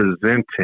presenting